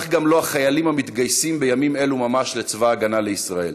כך גם החיילים המתגייסים בימים אלו לצבא ההגנה לישראל.